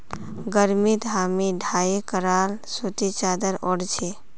गर्मीत हामी डाई कराल सूती चादर ओढ़ छि